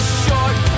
short